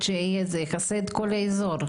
אילת זה דוגמה אחת.